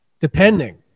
depending